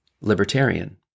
libertarian